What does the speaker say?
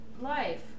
life